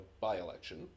by-election